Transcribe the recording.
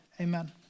Amen